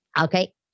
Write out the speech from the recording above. okay